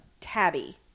Tabby